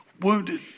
wounded